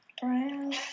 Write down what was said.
Brown